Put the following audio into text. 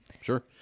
Sure